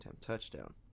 Touchdown